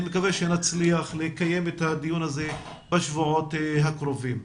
אני מקווה שנצליח לקיים את הדיון הזה בשבועות הקרובים.